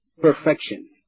perfection